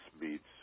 meets